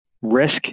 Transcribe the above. risk